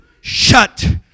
shut